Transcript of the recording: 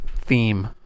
theme